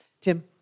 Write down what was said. Tim